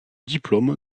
diplômes